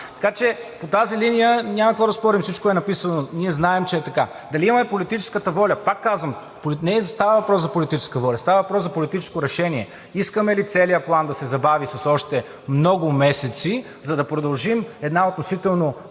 Така че по тази линия няма какво да спорим, всичко е написано. Ние знаем, че е така. Дали имаме политическата воля? Пак казвам, не става въпрос за политическата воля, става въпрос за политическо решение – искаме ли целият План да се забави с още много месеци, за да продължим една относително